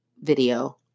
video